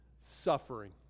Suffering